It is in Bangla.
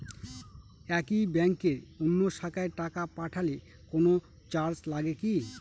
একই ব্যাংকের অন্য শাখায় টাকা পাঠালে কোন চার্জ লাগে কি?